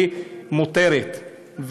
מותרת,